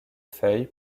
feuilles